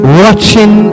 watching